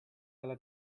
della